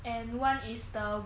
and one is the